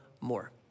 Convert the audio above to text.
more